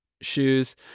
shoes